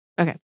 Okay